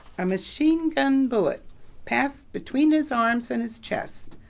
a machine gun bullet passed between his arms and his chest.